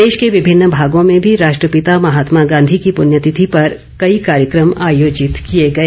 प्रदेश के विभिन्न भागों में भी राष्ट्रपिता महात्मा गांधी की पुण्यतिथि पर कई कार्यक्रम आयोजित किए गए